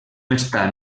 està